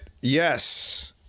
Yes